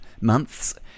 months